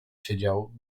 siedział